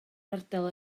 ardal